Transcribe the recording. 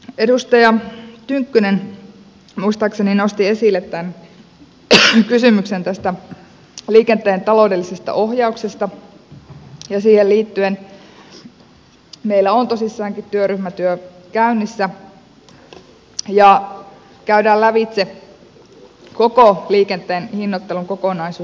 edustaja tynkkynen muistaakseni nosti esille kysymyksen liikenteen taloudellisesta ohjauksesta ja siihen liittyen meillä on tosissaankin työryhmätyö käynnissä ja käydään lävitse koko liikenteen hinnoittelun kokonaisuus